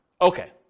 Okay